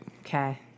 Okay